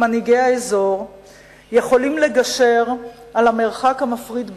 מנהיגי האזור יכולים לגשר על המרחק המפריד בינינו,